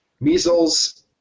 Measles